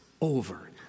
over